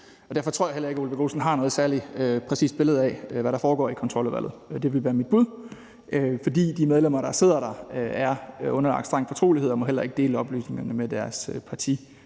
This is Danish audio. og derfor tror jeg heller ikke, at hr. Ole Birk Olesen har noget særlig præcist billede af, hvad der foregår i Kontroludvalget. Det vil være mit bud, for de medlemmer, der sidder der, er underlagt streng fortrolighed og må heller ikke dele oplysningerne med deres